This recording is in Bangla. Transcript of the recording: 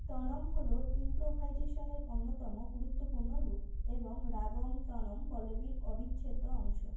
তানম হল ইম্প্রোভাইজেশনের অন্যতম গুরুত্বপূর্ণ রূপ এবং রাগম তানম পল্লবীর অবিচ্ছেদ্য অংশ